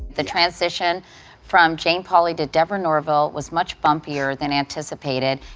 the transition from jane pauley to deborah norville was much bumpier than anticipated.